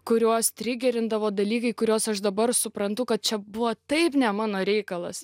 kuriuos trigerindavo dalykai kuriuos aš dabar suprantu kad čia buvo taip ne mano reikalas